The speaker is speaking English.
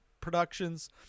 productions